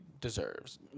deserves